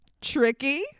Tricky